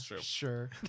sure